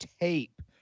tape